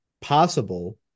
possible